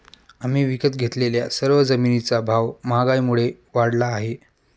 आम्ही विकत घेतलेल्या सर्व जमिनींचा भाव महागाईमुळे वाढला आहे